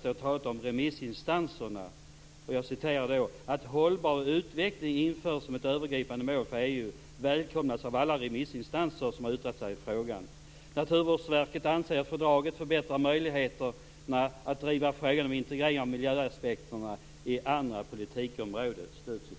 står talat om remissinstanserna på s. 76: "Att hållbar utveckling införs som ett övergripande mål för EU välkomnas av alla remissinstanser som har yttrat sig i frågan. Naturvårdsverket anser att fördraget förbättrar möjligheterna att driva frågan om integrering av miljöaspekter i andra politikområden."